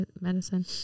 medicine